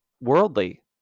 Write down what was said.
worldly